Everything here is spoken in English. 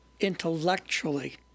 intellectually